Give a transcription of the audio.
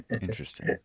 Interesting